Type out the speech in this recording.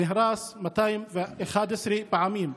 נהרס 211 פעמים.